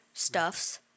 Stuffs